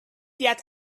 yet